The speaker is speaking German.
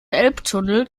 elbtunnel